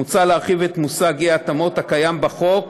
מוצע להרחיב את המושג אי- התאמות הקיים בחוק,